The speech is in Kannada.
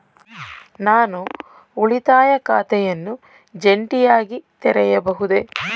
ನಾನು ಉಳಿತಾಯ ಖಾತೆಯನ್ನು ಜಂಟಿಯಾಗಿ ತೆರೆಯಬಹುದೇ?